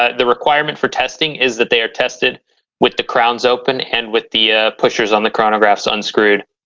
ah the requirement for testing is that they are tested with the crowns open and with the pushers on the chronographs unscrewed.